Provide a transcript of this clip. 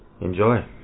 enjoy